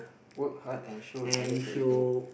work hard and show others that you can work